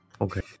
okay